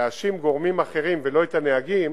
להאשים גורמים אחרים ולא את הנהגים,